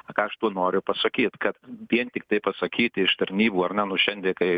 ką aš tuo noriu pasakyt kad vien tiktai pasakyt iš tarnybų ar ne nu šiandie kaip